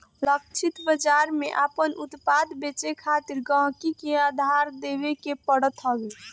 लक्षित बाजार में आपन उत्पाद बेचे खातिर गहकी के आधार देखावे के पड़त हवे